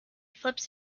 flips